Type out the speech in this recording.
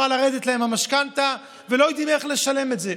לרדת להם המשכנתה ולא יודעים איך לשלם את זה.